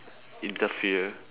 interfere